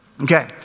Okay